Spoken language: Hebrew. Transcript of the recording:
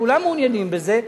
כולם מעוניינים בזה,